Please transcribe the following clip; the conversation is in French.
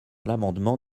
l’amendement